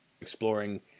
exploring